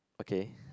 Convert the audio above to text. okay